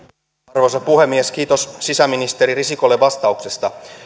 arvoisa puhemies kiitos sisäministeri risikolle vastauksesta